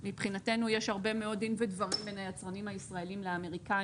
שמבחינתנו יש הרבה מאוד דין ודברים בין היצרנים הישראלים לאמריקאים,